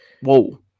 Whoa